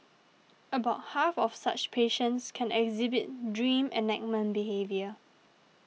about half of such patients can exhibit dream enactment behaviour